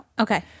Okay